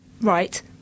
right